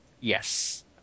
Yes